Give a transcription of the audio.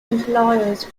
employers